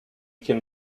can